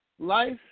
life